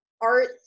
art